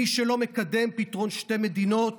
מי שלא מקדם פתרון שתי מדינות